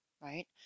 right